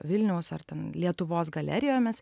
vilniaus ar ten lietuvos galerijomis